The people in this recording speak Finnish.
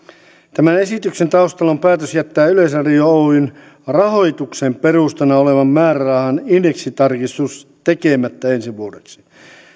tämän esityksen taustalla on päätös jättää yleisradio oyn rahoituksen perustana olevan määrärahan indeksitarkistus tekemättä ensi vuodeksi